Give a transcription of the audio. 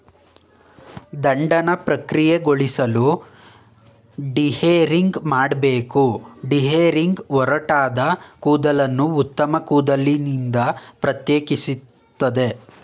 ದಂಡನ ಪ್ರಕ್ರಿಯೆಗೊಳಿಸಲು ಡಿಹೇರಿಂಗ್ ಮಾಡ್ಬೇಕು ಡಿಹೇರಿಂಗ್ ಒರಟಾದ ಕೂದಲನ್ನು ಉತ್ತಮ ಕೂದಲಿನಿಂದ ಪ್ರತ್ಯೇಕಿಸ್ತದೆ